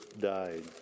died